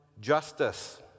justice